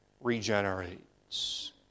regenerates